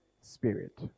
Spirit